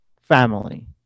family